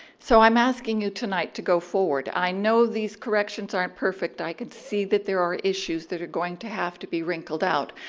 so i'm asking you tonight to go forward. i know these corrections aren't perfect. i can see that there are issues that are going to have to it be wrinkled out.